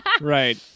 Right